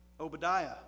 Obadiah